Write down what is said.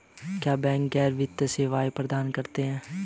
क्या बैंक गैर वित्तीय सेवाएं प्रदान करते हैं?